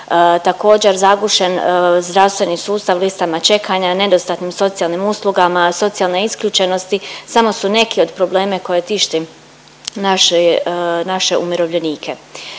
također, zagušen zdravstveni sustav listama čekanja, nedostatnim socijalnim uslugama, socijalne isključenosti, samo su neki od problema koje tište naše umirovljenike.